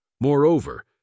Moreover